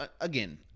again